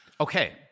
Okay